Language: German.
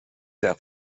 der